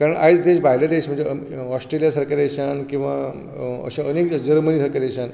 कारण आयज देश भायले देश म्हणजे ऑस्ट्रेलिया सारके देशांत किंवां अशे अनेक जर्मनी सारके देशांत